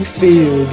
feel